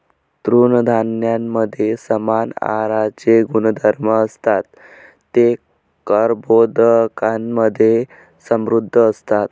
तृणधान्यांमध्ये समान आहाराचे गुणधर्म असतात, ते कर्बोदकांमधे समृद्ध असतात